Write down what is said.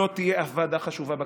לא תהיה אף ועדה חשובה בכנסת,